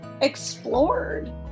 explored